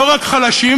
לא רק חלשים,